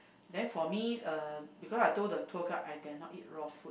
then for me uh because I told the tour guide I dare not eat raw food